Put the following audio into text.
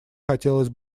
хотелось